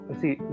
see